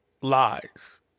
lies